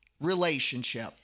relationship